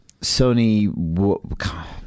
Sony